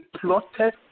plotted